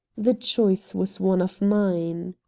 the choice was one of mine.